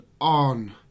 on